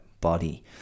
body